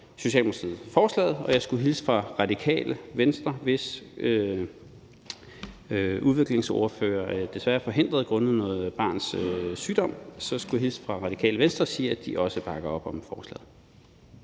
Socialdemokratiet forslaget, og jeg skulle hilse fra Radikale Venstre, hvis udviklingsordfører desværre er forhindret grundet sit barns sygdom, og sige, at de også bakker op om forslaget.